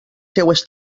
seues